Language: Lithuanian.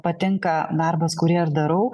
patinka darbas kurį aš darau